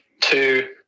two